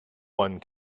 one